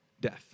death